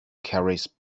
carries